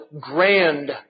grand